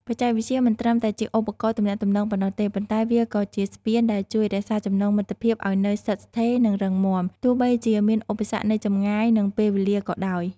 បច្ចេកវិទ្យាមិនត្រឹមតែជាឧបករណ៍ទំនាក់ទំនងប៉ុណ្ណោះទេ ប៉ុន្តែវាក៏ជាស្ពានដែលជួយរក្សាចំណងមិត្តភាពឲ្យនៅស្ថិតស្ថេរ និងរឹងមាំ ទោះបីជាមានឧបសគ្គនៃចម្ងាយ និងពេលវេលាក៏ដោយ ។